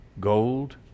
Gold